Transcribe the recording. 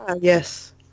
Yes